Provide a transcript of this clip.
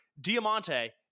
Diamante